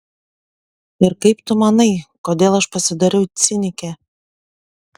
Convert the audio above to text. ir kaip tu manai kodėl aš pasidariau cinikė